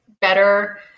better